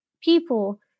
people